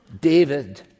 David